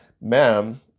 ma'am